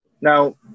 Now